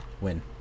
win